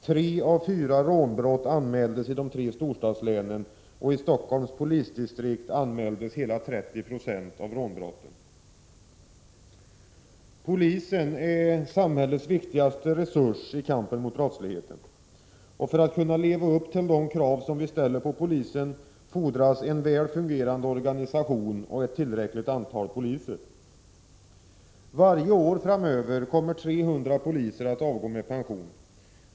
Tre av fyra rånbrott anmäldes i de tre storstadslänen, och i Stockholms polisdistrikt anmäldes hela 30 96 av rånbrotten. Polisen är samhällets viktigaste resurs i kampen mot brottsligheten. För att kunna leva upp till de krav vi ställer på polisen fordras en väl fungerande organisation och ett tillräckligt antal poliser. Varje år framöver kommer 300 poliser att avgå med pension.